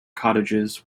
cottages